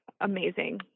amazing